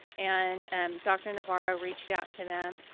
and dr. navarro reached out to them.